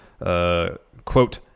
quote